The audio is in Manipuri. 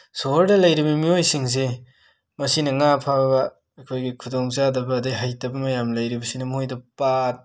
ꯁꯣꯍꯣꯔꯗ ꯂꯩꯔꯤꯕ ꯃꯤꯌꯣꯏꯁꯤꯡꯁꯦ ꯃꯁꯤꯅ ꯉꯥ ꯐꯥꯕ ꯑꯩꯈꯣꯏꯒꯤ ꯈꯨꯗꯣꯡꯆꯗꯕ ꯑꯗꯩ ꯍꯩꯇꯕ ꯃꯌꯥꯝ ꯂꯩꯔꯤꯕꯁꯤꯅ ꯃꯣꯏꯗ ꯄꯥꯠ